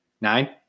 Nine